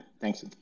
Thanks